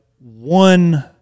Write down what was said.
one